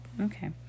Okay